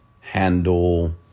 handle